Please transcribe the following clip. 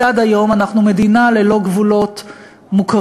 כי עד היום אנחנו מדינה ללא גבולות מוכרים.